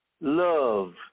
love